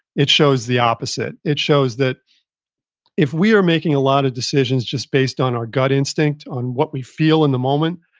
it shows the opposite. it shows that if we are making a lot of decisions just based on our gut instinct, on what we feel in the moment,